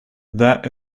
that